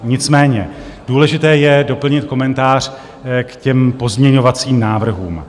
Nicméně důležité je doplnit komentář k pozměňovacím návrhům.